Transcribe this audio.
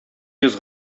йөз